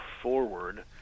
forward